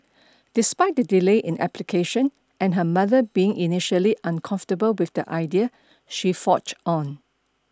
despite the delay in application and her mother being initially uncomfortable with the idea she forged on